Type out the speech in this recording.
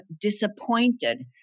disappointed